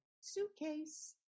suitcase